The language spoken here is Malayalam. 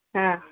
ആ